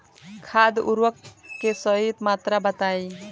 खाद उर्वरक के सही मात्रा बताई?